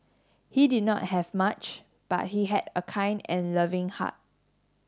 he did not have much but he had a kind and loving heart